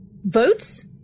Votes